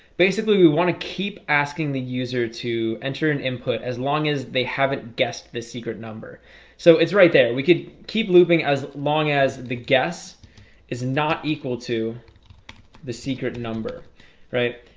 basically we want to keep asking the user to enter an input as long as they haven't guessed the secret number so it's right there we could keep looping as long as the guess is not equal to the secret number right?